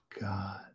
God